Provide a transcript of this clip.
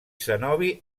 cenobi